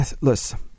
Listen